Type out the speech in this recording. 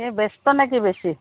এই ব্য়স্ত নেকি বেছি